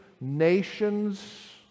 nations